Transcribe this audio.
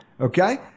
Okay